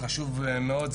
החשוב מאוד,